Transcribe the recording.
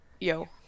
yo